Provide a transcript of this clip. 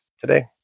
today